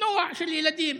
אופנוע של ילדים,